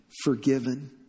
forgiven